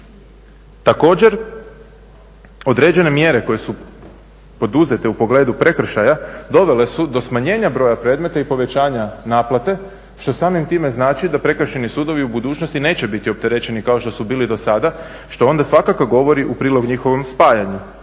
Također, određene mjere koje su poduzete u pogledu prekršaja dovele su do smanjenja broja predmeta i povećanja naplate što samim time znači da prekršajni sudovi u budućnosti neće biti opterećeni kao što su bili do sada što onda svakako govori u prilog njihovom spajanju.